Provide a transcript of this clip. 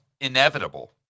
inevitable